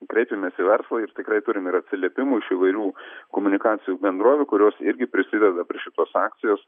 kreipėmės į verslą ir tikrai turim ir atsiliepimų iš įvairių komunikacijų bendrovių kurios irgi prisideda prie šitos akcijos